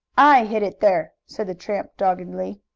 i hid it there! said the tramp doggedly.